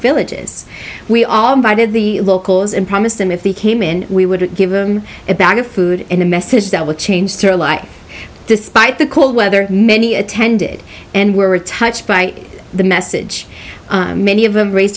villages we all buy did the locals and promised him if he came in we would give them a bag of food in a message that would change their life despite the cold weather many attended and were touched by the message many of them raise